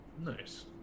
Nice